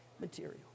material